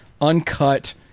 uncut